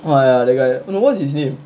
oh ya that guy no what's his name